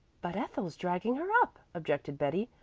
but ethel's dragging her up, objected betty.